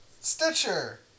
Stitcher